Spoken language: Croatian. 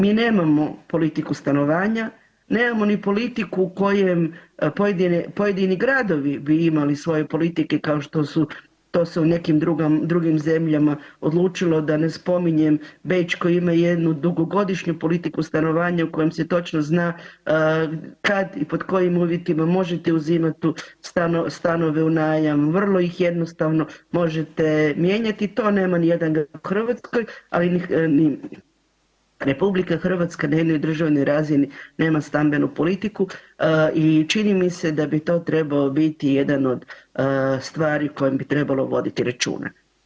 Mi nemamo politiku stanovanja, nemamo ni politiku u kojem pojedini gradovi bi imali svoje politike kao što su, to se u nekim drugim zemljama odlučilo da ne spominjem bečko ime, jednu dugogodišnju politiku stanovanja u kojem se točno zna kad i pod kojim uvjetima možete uzimat stanove u najam, vrlo ih jednostavno možete mijenjati, to nema nijedan grad u Hrvatskoj, ali ni RH na jednoj državnoj razini nema stambenu politiku i čini mi se da bi to trebao biti jedan od stvari o kojem bi trebalo voditi računa.